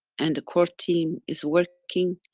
and the core team is working,